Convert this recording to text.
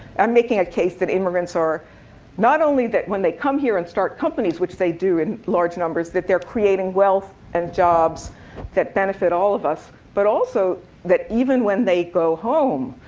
i'm making a case that immigrants are not only that when they come here and start companies, which they do in large numbers, that they're creating wealth and jobs that benefit all of us, but also that even when they go home,